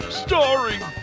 starring